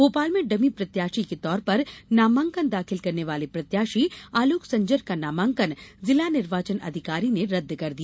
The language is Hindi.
भोपाल में डमी प्रत्याशी के तौर पर नामांकन दाखिल करने वाले प्रत्याशी आलोक संजर का नामांकन जिला निर्वाचन अधिकारी ने रदद कर दिया